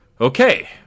okay